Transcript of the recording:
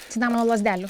cinamono lazdelių